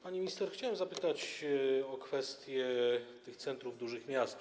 Pani minister, chciałem zapytać o kwestię centrów dużych miast.